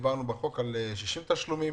דיברנו בחוק על 60 תשלומים